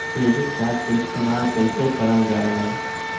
Credit card के इस्तेमाल कईसे करल जा लई?